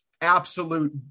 absolute